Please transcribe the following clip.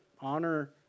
honor